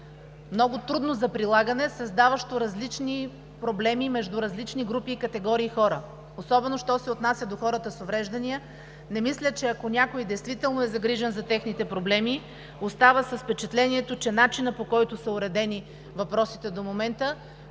много трудно за прилагане, създаващо различни проблеми между различни групи и категории хора, особено що се отнася до хората с увреждания. Не мисля, че ако някой действително е загрижен за техните проблеми, остава с впечатлението, че начина, по който са уредени въпросите до момента,